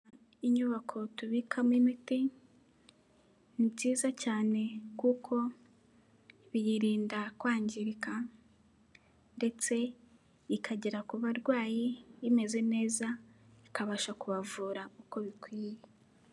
Inyubako tubikamo imiti, ni nziza cyane kuko biyirinda kwangirika ndetse ikagera ku barwayi imeze neza, ikabasha kubavura uko bikwiye.